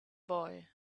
boy